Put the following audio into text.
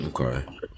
okay